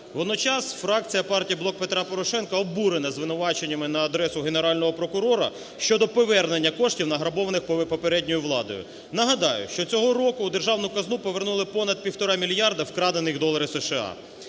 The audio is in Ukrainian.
Водночас фракція партії "Блок Петра Порошенка" обурена звинуваченнями на адресу Генерального прокурора щодо повернення коштів, награбованих попередньою владою. Нагадаю, що цього року в державну казну повернули понад півтора мільярдів вкрадених доларів США.